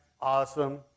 Awesome